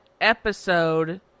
episode